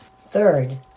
Third